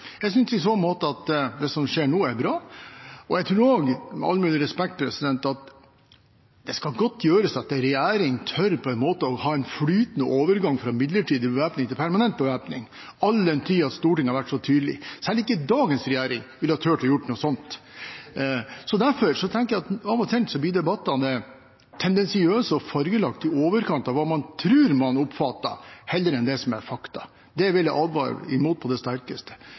Jeg synes i så måte at det som skjer nå, er bra, og jeg tror også, med all mulig respekt, at det skal godt gjøres at en regjering tør å ha en flytende overgang fra midlertidig bevæpning til permanent bevæpning, all den tid Stortinget har vært så tydelig. Selv ikke dagens regjering ville turt å gjøre noe sånt. Derfor tenker jeg at debattene blir tendensiøse og i overkant fargelagt av hva man tror man oppfatter, heller enn det som er fakta. Det vil jeg på det sterkeste